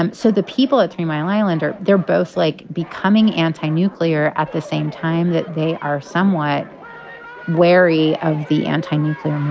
um so the people at three mile island are they're both, like, becoming anti-nuclear. at the same time that they are somewhat wary of the anti-nuclear